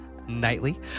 nightly